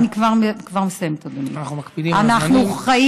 אני כבר מסיימת, אדוני.